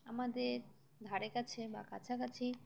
আমাদের ধারে কাছে বা কাছাকাছি